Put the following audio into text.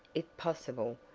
if possible,